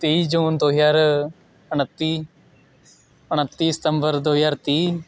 ਤੀਹ ਜੂਨ ਦੋ ਹਜ਼ਾਰ ਉਣੱਤੀ ਉਣੱਤੀ ਸਤੰਬਰ ਦੋ ਹਜ਼ਾਰ ਤੀਹ